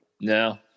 No